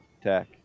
attack